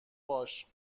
باش